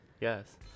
yes